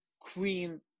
queen